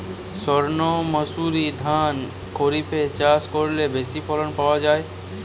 সর্ণমাসুরি ধান খরিপে চাষ করলে বেশি ফলন পাওয়া যায়?